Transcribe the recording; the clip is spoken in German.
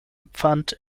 empfand